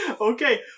Okay